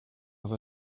with